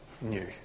new